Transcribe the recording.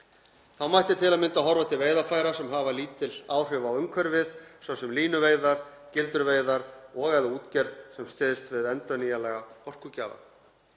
Þá mætti til að mynda horfa til veiðarfæra sem hafa lítil áhrif á umhverfið, svo sem línuveiðar, gildruveiðar og/eða útgerð sem styðst við endurnýjanlega orkugjafa.